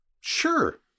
Sure